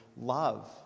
love